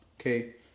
Okay